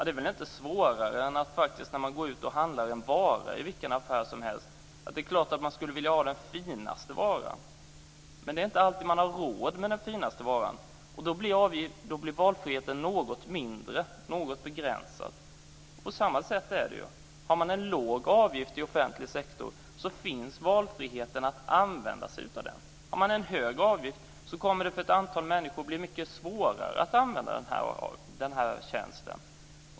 Det är väl inte svårare än att se att när man handlar en vara i vilken affär som helst är det klart att man skulle vilja ha den finaste varan. Men det är inte alltid man har råd med den finaste varan. Och då blir valfriheten något begränsad. På samma sätt är det här. Har man en låg avgift i offentlig sektor finns valfriheten att använda sig av den. Har man en hög avgift kommer det för ett antal människor att bli mycket svårare att använda tjänsten.